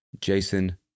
Jason